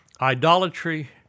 idolatry